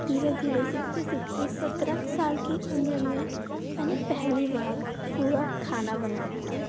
धीरे धीरे सीखते सीखते सत्रह साल की उमर में मैंने पहली बार पूरा खाना बनाया था